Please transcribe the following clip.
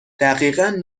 دقیقن